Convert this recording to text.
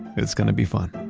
it's gonna be fun.